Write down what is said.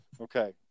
Okay